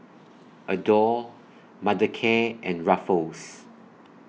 Adore Mothercare and Ruffles